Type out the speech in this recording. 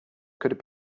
could